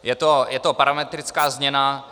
Je to parametrická změna.